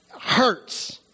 hurts